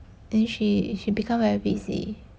then she she become very busy